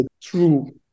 true